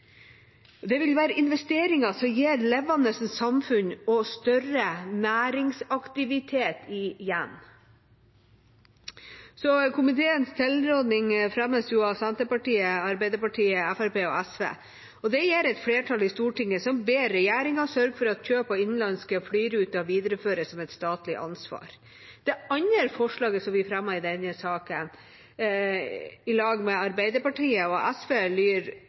Det vil være investeringer som gir levende samfunn og større næringsaktivitet igjen. Komiteens tilråding fremmes av Senterpartiet, Arbeiderpartiet, Fremskrittspartiet og SV, og det gir et flertall i Stortinget som ber regjeringa sørge for at kjøp av innenlandske flyruter videreføres som et statlig ansvar. Det andre forslaget vi fremmer i denne saken, i lag med Arbeiderpartiet og SV,